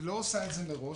היא לא עושה את זה מראש.